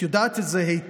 את יודעת את זה היטב.